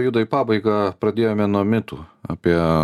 juda į pabaigą pradėjome nuo mitų apie